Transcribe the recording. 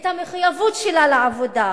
המחויבות שלה לעבודה,